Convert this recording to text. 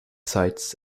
sites